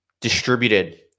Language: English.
distributed